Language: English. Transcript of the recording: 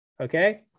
Okay